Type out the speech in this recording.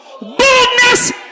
boldness